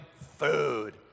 food